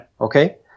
Okay